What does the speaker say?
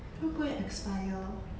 会不会 expire